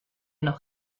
noch